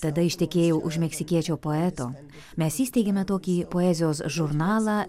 tada ištekėjau už meksikiečio poeto mes įsteigėme tokį poezijos žurnalą